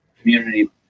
community